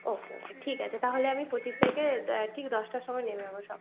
ওকে okay ঠিক আছে তাহলে আমি পঁচিশ তারিখে ঠিক দশটার সময় নেমে যাবো সকাল